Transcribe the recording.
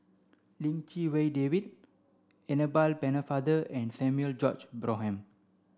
Lim Chee Wai David Annabel Pennefather and Samuel George Bonham